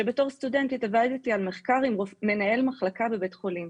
שבתור סטודנטית עבדתי על מחקר עם מנהל המחלקה בבית חולים.